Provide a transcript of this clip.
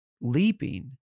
leaping